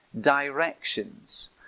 directions